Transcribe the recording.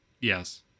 Yes